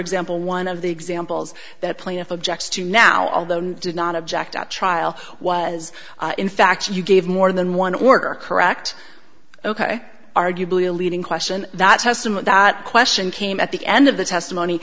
example one of the examples that plaintiff objects to now although i did not object at trial was in fact you gave more than one order correct ok arguably a leading question that testament that question came at the end of the testimony